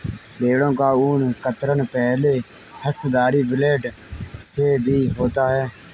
भेड़ों का ऊन कतरन पहले हस्तधारी ब्लेड से भी होता है